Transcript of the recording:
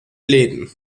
läden